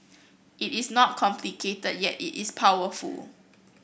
it is not complicated yet it is powerful